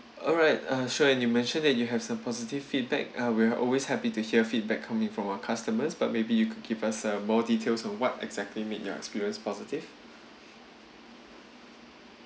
alright uh sure and you mentioned that you have some positive feedback uh we're always happy to hear feedback coming from our customers but maybe you could give us uh more details on what exactly made your experience positive